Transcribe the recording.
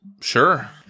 Sure